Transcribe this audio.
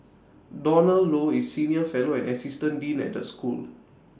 Donald low is senior fellow and assistant dean at the school